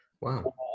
wow